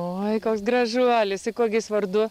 oi koks gražuolis ir ko gi jis vardu